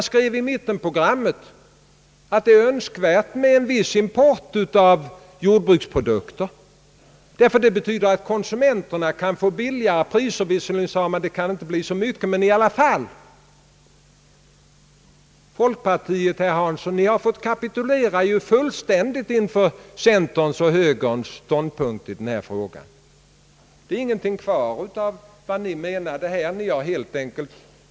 Man skrev i mittenprogrammet, att det är önskvärt med en viss import av jordbruksprodukter, därför att det betyder att konsumenterna kan få lägre priser, låt vara att det inte blir så stor sänkning. Folkpartiet, herr Nils Hansson, har fått kapitulera fullständigt inför centerns och högerns ståndpunkt i denna fråga. Det är här ingenting kvar av vad folkpartiet menade.